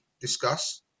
discuss